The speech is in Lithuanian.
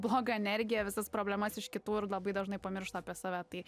blogą energiją visas problemas iš kitų ir labai dažnai pamiršta apie save tai